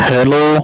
Hello